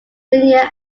junior